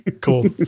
Cool